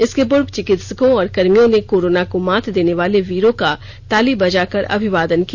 इसके पूर्व चिकित्सकों और कर्मियों ने कोरोना को मात देने वाले वीरों का ताली बजाकर अभिवादन किया